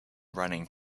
running